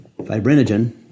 Fibrinogen